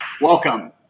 Welcome